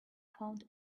found